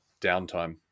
downtime